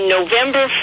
November